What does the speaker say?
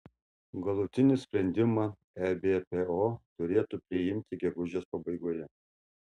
galutinį sprendimą ebpo turėtų priimti gegužės pabaigoje